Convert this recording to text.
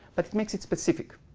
that makes it specific.